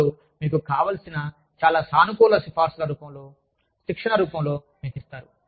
కొందరు మీకు కావలసిన చాలా సానుకూల సిఫార్సుల రూపంలో శిక్షణ రూపంలో మీకు ఇస్తారు